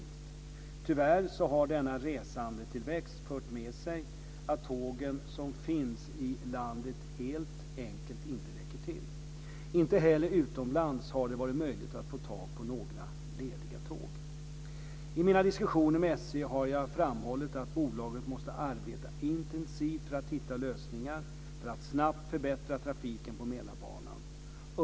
Tyvärr har denna resandetillväxt fört med sig att tågen som finns i landet helt enkelt inte räcker till. Inte heller utomlands har det varit möjligt att få tag på några "lediga" I mina diskussioner med SJ har jag framhållit att bolaget måste arbeta intensivt för att hitta lösningar för att snabbt förbättra trafiken på Mälarbanan.